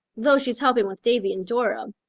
though she's helping with davy and dora.